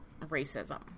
racism